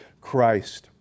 Christ